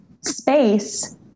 space